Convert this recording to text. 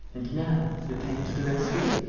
and now, lupin to the rescue?